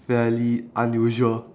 fairly unusual